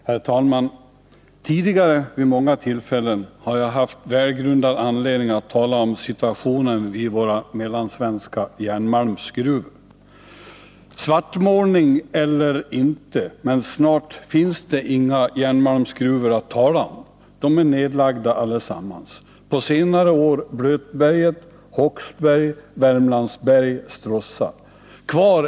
Herr talman! Tidigare har jag vid många tillfällen haft välgrundad anledning att tala om situationen vid våra mellansvenska järnmalmsgruvor. Svartmålning eller inte, men snart finns det inga sådana att tala om — de är nedlagda allesammans. På senare år har Blötberget, Håksberg, Värmlands berg och Stråssa lagts ned.